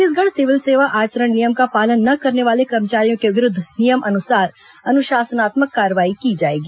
Chhattisgarh civil सेवा आचरण नियम का पालन न करने वाले कर्मचारियों के विरूद्व नियम अनुसार अनुशासनात्मक कार्रवाई की जाएगी